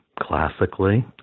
classically